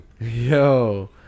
Yo